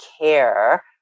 care